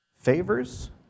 Favors